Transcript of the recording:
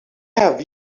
have